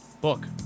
Book